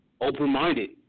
open-minded